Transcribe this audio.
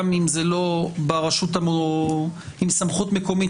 גם אם זה לא ברשות או עם סמכות מקומית